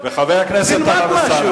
חבר הכנסת לוין וחבר הכנסת טלב אלסאנע.